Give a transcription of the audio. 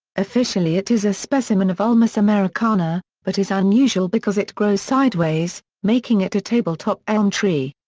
officially it is a specimen of ulmus americana, but is unusual because it grows sideways, making it a tabletop elm tree.